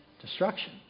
Destruction